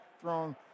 thrown